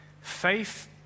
Faith